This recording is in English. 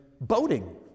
boating